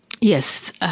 yes